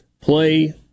play